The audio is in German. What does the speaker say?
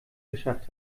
geschafft